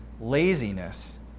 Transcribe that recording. laziness